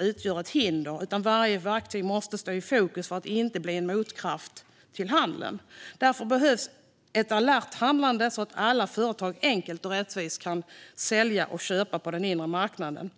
utgör ett hinder, utan varje verktyg måste stå i fokus för att inte bli en motkraft till handeln. Därför behövs ett alert handlande så att alla företag enkelt och rättvist kan sälja och köpa på den inre marknaden.